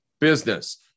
business